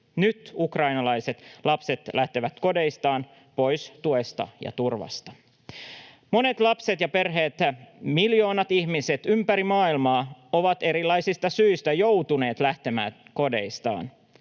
Nyt ukrainalaiset lapset lähtevät kodeistaan, pois tuesta ja turvasta. Monet lapset ja perheet, miljoonat ihmiset ympäri maailmaa, ovat erilaisista syistä joutuneet lähtemään kodeistaan